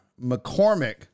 McCormick